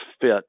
fit